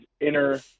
inner